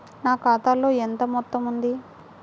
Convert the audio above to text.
నా ఖాతాలో ఎంత మొత్తం ఉంది?